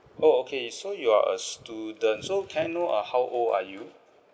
oh okay so you are a student so can I know uh how old are you